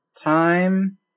time